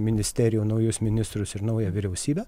ministerijų naujus ministrus ir naują vyriausybę